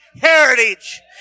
heritage